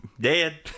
Dead